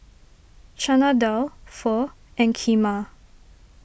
Chana Dal Pho and Kheema